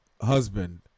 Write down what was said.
husband